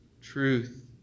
truth